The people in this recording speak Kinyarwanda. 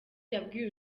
yabwiye